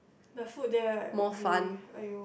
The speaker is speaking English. the food there right will be !aiyo!